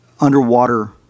underwater